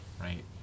right